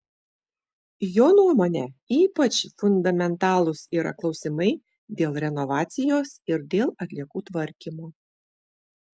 jo nuomone ypač fundamentalūs yra klausimai dėl renovacijos ir dėl atliekų tvarkymo